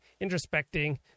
introspecting